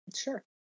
Sure